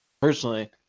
Personally